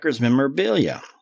memorabilia